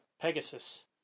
pegasus